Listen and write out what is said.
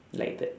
like the